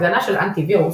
הגנה של אנטי וירוס,